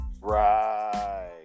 right